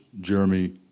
Jeremy